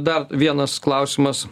dar vienas klausimas